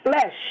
flesh